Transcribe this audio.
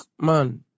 man